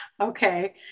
Okay